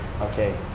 Okay